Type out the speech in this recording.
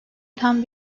tam